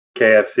KFC